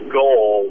goal